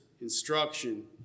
instruction